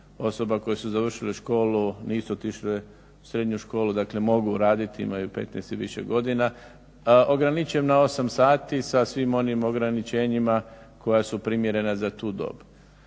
osoba koje su završile školu, nisu otišle u srednju školu, dakle mogu raditi, imaju 15 i više godina, ograničen na 8 sati sa svim onim ograničenjima koja su primjerena za tu dob.